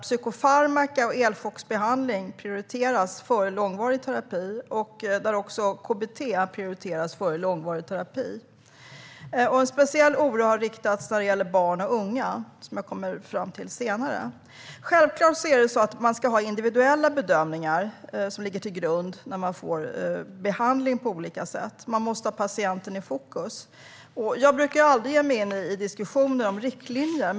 Psykofarmaka, elchockbehandling och KBT prioriteras framför långvarig terapi. Speciell oro finns när det gäller barn och unga, vilket jag kommer till senare. Självklart ska individuella bedömningar ligga till grund för olika sorters behandling. Man måste ha patienten i fokus. Jag brukar aldrig ge mig in i diskussioner om riktlinjer.